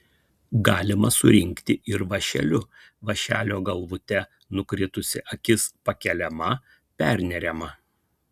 galima surinkti ir vąšeliu vąšelio galvute nukritusi akis pakeliama perneriama